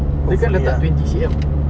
hopefully ya